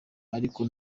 ariko